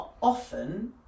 often